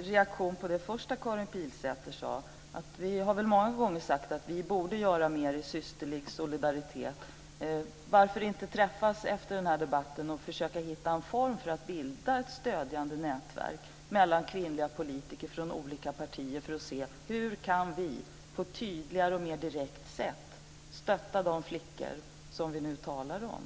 reaktion på det första som Karin Pilsäter sade, att vi många gånger har sagt att vi borde göra mer i systerlig solidaritet, vill jag säga: Varför kan vi inte träffas efter den här debatten för att försöka hitta en form för att bilda ett stödjande nätverk mellan kvinnliga politiker från olika partier för att se hur vi på ett tydligare och mer direkt sätt kan stötta de flickor som vi nu talar om?